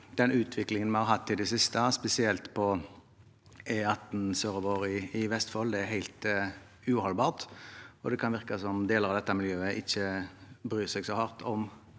utviklingen vi har hatt i det siste, spesielt på E18 sørover i Vestfold, er helt uholdbar. Det kan virke som deler av dette miljøet ikke bryr seg så mye om